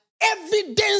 evidence